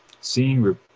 seeing